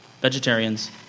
Vegetarians